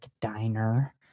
diner